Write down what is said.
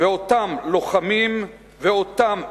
ואותם לוחמים ואותם מפקדים,